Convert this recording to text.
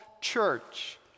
Church